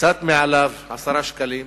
קצת מעליו, 10 שקלים,